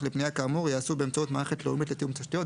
לפנייה כאמור ייעשו באמצעות מערכת לאומית לתיאום תשתיות.